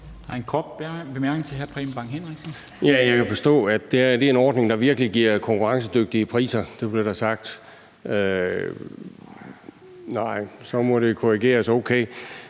Jeg kan forstå, at det her er en ordning, der virkelig giver konkurrencedygtige priser – det blev der sagt. Nej? Okay, så må det korrigeres.